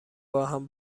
باهم